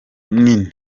nini